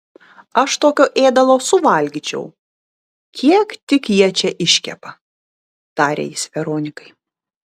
aš tokio ėdalo suvalgyčiau kiek tik jie čia iškepa tarė jis veronikai